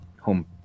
home